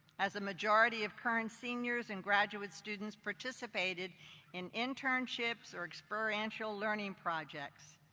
as the majority of current seniors and graduate students participated in internships or experiential learning projects.